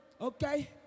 okay